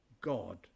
God